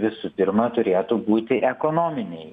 visų pirma turėtų būti ekonominiai